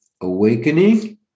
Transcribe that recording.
Awakening